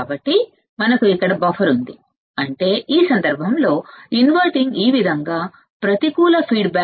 కాబట్టి మనకు ఇక్కడ బఫర్ ఉంది అంటే ఇన్వర్టింగ్ ఇన్పుట్ కి ఈ విధంగా ప్రతికూల ఫీడ్బ్యాక్